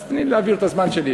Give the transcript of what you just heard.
אז תני להעביר את הזמן שלי.